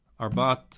Arbat